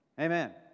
amen